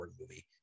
movie